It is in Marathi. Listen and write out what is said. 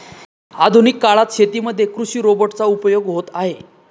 आधुनिक काळात शेतीमध्ये कृषि रोबोट चा उपयोग होत आहे